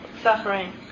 suffering